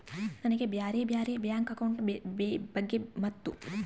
ನನಗೆ ಬ್ಯಾರೆ ಬ್ಯಾರೆ ಬ್ಯಾಂಕ್ ಅಕೌಂಟ್ ಬಗ್ಗೆ ಮತ್ತು?